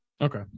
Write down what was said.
Okay